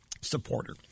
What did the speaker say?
supporter